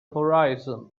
horizon